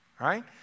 right